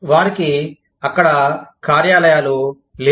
వారికి అక్కడ కార్యాలయాలు లేవు